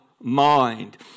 mind